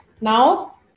Now